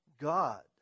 God